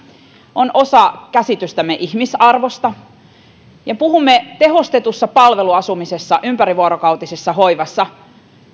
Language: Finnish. on osa käsitystämme ihmisarvosta puhumme tehostetussa palveluasumisessa ympärivuorokautisessa hoivassa